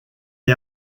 est